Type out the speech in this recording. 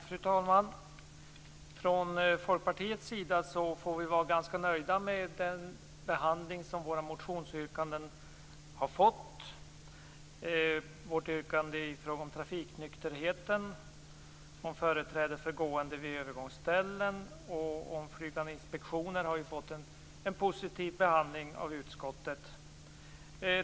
Fru talman! Från Folkpartiets sida får vi vara ganska nöjda med den behandling som våra motionsyrkanden har fått. Vårt yrkande om trafiknykterheten, företräde för gående vid övergångsställen och den flygande inspektionen har fått en positiv behandling av utskottet.